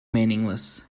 meaningless